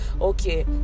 okay